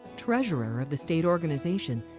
treasurer of the state organization,